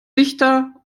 dichter